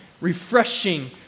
refreshing